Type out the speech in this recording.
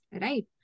right